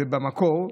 זה במקור,